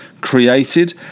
created